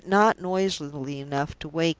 but not noisily enough to wake him.